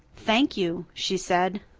thank you, she said.